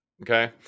okay